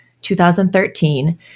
2013